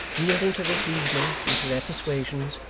yielding to this reasoning, and to their persuasions,